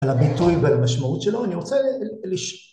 על הביטוי ועל המשמעות שלו, אני רוצה לשאול